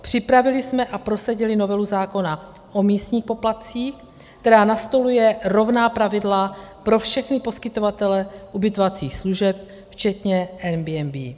Připravili jsme a prosadili novelu zákona o místních poplatcích, která nastoluje rovná pravidla pro všechny poskytovatele ubytovacích služeb, včetně Airbnb.